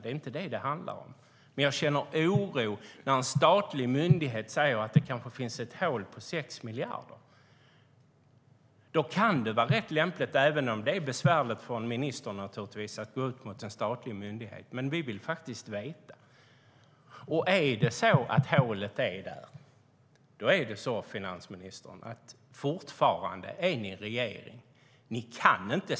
Det är inte det som det handlar om. Men jag känner oro när en statlig myndighet säger att det kanske finns ett hål på 6 miljarder. Även om det naturligtvis är besvärligt för en minister att gå emot en statlig myndighet vill vi faktiskt veta. Då kan det vara lämpligt att finansministern talar om det. Om det finns ett hål där, finansministern, är det faktiskt så att ni fortfarande är i regeringsställning.